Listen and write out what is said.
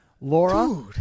Laura